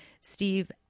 Steve